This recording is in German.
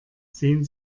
sehen